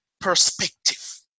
perspective